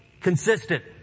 consistent